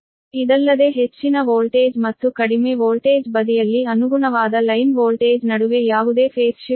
ಇದಲ್ಲದೆ ಹೆಚ್ಚಿನ ವೋಲ್ಟೇಜ್ ಮತ್ತು ಕಡಿಮೆ ವೋಲ್ಟೇಜ್ ಬದಿಯಲ್ಲಿ ಅನುಗುಣವಾದ ಲೈನ್ ವೋಲ್ಟೇಜ್ ನಡುವೆ ಯಾವುದೇ ಫೇಸ್ ಶಿಫ್ಟ್ ಇಲ್ಲ